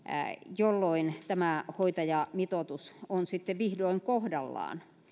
jolloin tämä hoitajamitoitus on sitten vihdoin kohdallaan